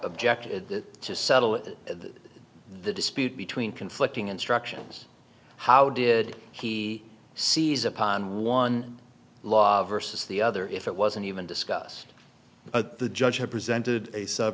objected to settle the dispute between conflicting instructions how did he sees upon one law versus the other if it wasn't even discussed the judge had presented